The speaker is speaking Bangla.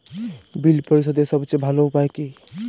বিল পরিশোধের সবচেয়ে ভালো উপায় কী?